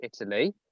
Italy